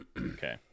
Okay